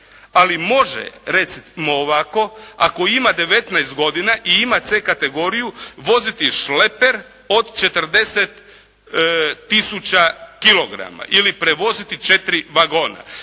ali može, recimo ovako, ako ima 19 godina i ima C kategoriju voziti šleper od 40 tisuća kilograma ili prevoziti 4 vagona